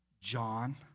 John